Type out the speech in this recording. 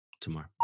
tomorrow